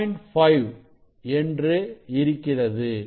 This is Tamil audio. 5 என்று இருக்கிறது